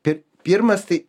pi pirmas tai